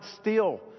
steal